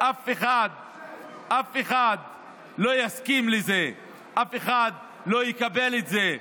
אף אחד לא יסכים לזה, אף אחד לא יקבל את זה.